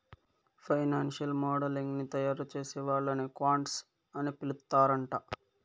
financial modelling ని తయారుచేసే వాళ్ళని క్వాంట్స్ అని పిలుత్తరాంట